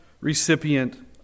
recipient